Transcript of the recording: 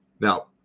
Now